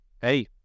Hey